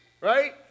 Right